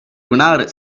united